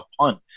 punt